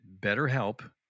BetterHelp